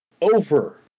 over